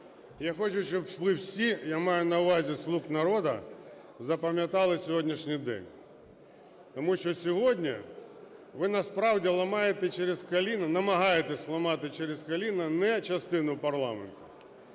Я хочу, щоб ви всі, я маю на увазі "Слуг народу", запам'ятали сьогоднішній день. Тому що сьогодні ви нас, справді, ламаєте через коліно… намагаєтесь ламати через коліно не частину парламенту,